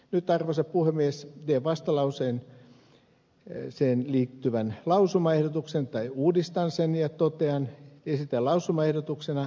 nyt arvoisa puhemies teen vastalauseeseen mukaisen lausumaehdotuksen tai uudistaa sen ja totean viitelausumaehdotuksena